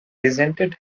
resented